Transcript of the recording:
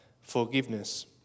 forgiveness